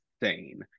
insane